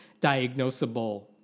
diagnosable